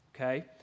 Okay